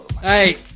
Hey